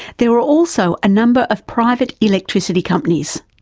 there were also a number of private electricity companies.